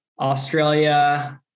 Australia